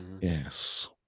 yes